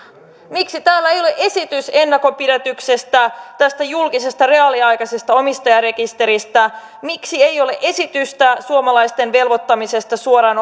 miksi täällä ei ole esitystä ennakonpidätyksestä julkisesta reaaliaikaisesta omistajarekisteristä miksi ei ole esitystä suomalaisten velvoittamisesta suoraan